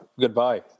Goodbye